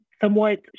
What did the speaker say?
somewhat